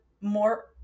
more